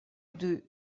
deux